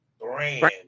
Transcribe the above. brand